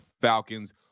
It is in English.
Falcons